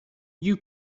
you